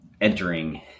entering